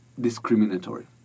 discriminatory